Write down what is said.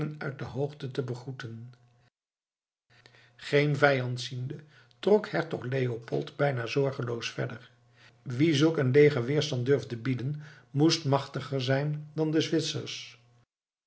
uit de hoogte te begroeten geen vijand ziende trok hertog leopold bijna zorgeloos verder wie zulk een leger weerstand durfde bieden moest een machtiger zijn dan de zwitsers